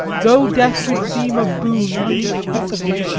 though death would seem a boon unspeakable.